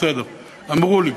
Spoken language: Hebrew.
בסדר, אמרו לי.